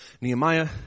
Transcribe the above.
Nehemiah